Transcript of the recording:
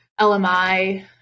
LMI